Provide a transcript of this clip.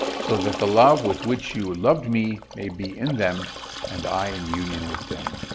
so that the love with which you loved me may be in them and i in union with them.